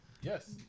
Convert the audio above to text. Yes